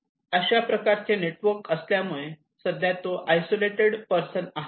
अशा प्रकारचे नेटवर्क नसल्यामुळे सध्या तो आयसोलेटेड पर्सन आहे